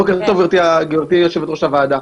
גברתי יושבת-ראש הוועדה.